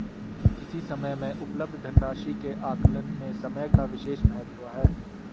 किसी समय में उपलब्ध धन राशि के आकलन में समय का विशेष महत्व है